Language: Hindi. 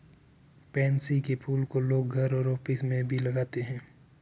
पैन्सी के फूल को लोग घर और ऑफिस में भी लगाते है